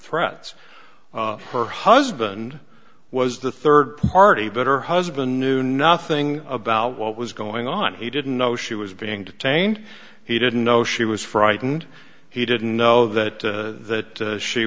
threats her husband was the third party but her husband knew nothing about what was going on he didn't know she was being detained he didn't know she was frightened he didn't know that